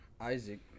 Isaac